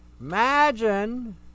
Imagine